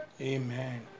Amen